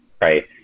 right